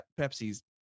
pepsi's